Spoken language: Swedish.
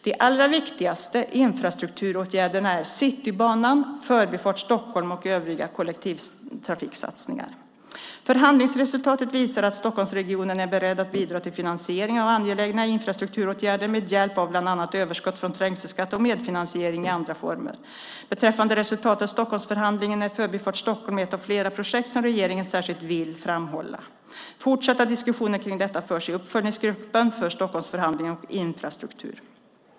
De allra viktigaste infrastrukturåtgärderna är Citybanan, Förbifart Stockholm och övriga kollektivtrafiksatsningar. Förhandlingsresultatet visar att Stockholmsregionen är beredd att bidra till finansieringen av angelägna infrastrukturåtgärder med hjälp av bland annat överskottet från trängselskatten och medfinansiering i andra former. Beträffande resultatet av Stockholmsförhandlingen är Förbifart Stockholm ett av flera projekt som regeringen särskilt vill framhålla. Fortsatta diskussioner kring detta förs i uppföljningsgruppen för Stockholmsförhandlingen och infrastruktur.